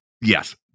Yes